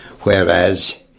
whereas